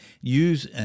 use